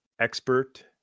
expert